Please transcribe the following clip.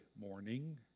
morning